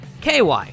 KY